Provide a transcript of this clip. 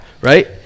right